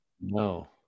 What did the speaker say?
No